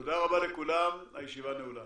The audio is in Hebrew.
תודה רבה לכולם, הישיבה נעולה.